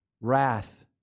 Wrath